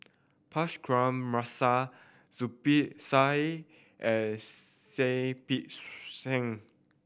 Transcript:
Punch Zubir Said and Seah Peck Seah